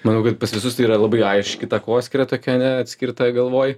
manau kad pas visus tai yra labai aiški takoskyra tokia ane atskirta galvoj